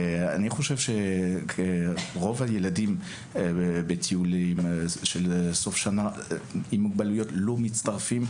ואני חושב שרוב הילדים בטיולים של סוף שנה עם מוגבלויות לא מצטרפים,